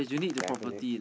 definite